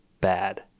bad